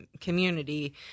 community